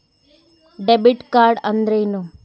Debit card ಅಂದ್ರೇನು?